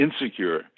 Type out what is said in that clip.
insecure